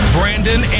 Brandon